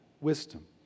wisdom